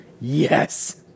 Yes